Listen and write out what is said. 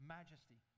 majesty